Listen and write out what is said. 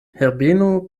herbeno